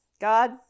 God